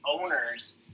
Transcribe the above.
owners